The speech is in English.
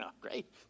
great